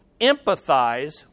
empathize